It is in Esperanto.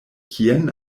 kien